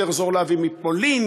יותר זול להביא מפולין,